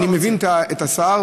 אני מבין את השר,